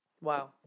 Wow